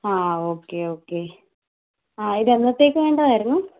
ആ okay okay ആ ഇത് എന്നത്തേക്ക് വേണ്ടതായിരുന്നു